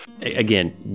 Again